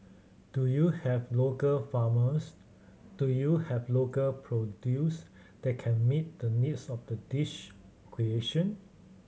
do you have local farmers do you have local produce that can meet the needs of the dish creation